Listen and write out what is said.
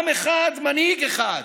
עם אחד, מנהיג אחד.